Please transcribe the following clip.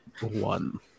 One